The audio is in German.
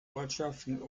ortschaften